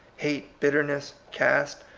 hate, bitterness, caste,